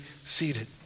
seated